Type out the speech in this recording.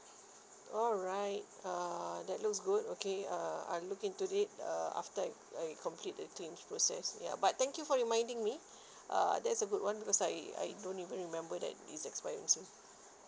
alright uh that looks good okay uh I'm looking to it uh after I I complete the claims process ya but thank you for reminding me uh that's a good one because I I don't even remember that it's expiring soon